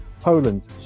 Poland